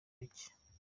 bacye